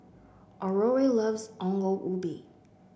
Aurore loves Ongol Ubi